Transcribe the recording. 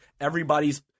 everybody's